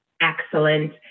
excellent